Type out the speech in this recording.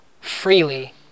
freely